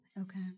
Okay